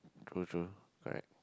true true correct